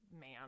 man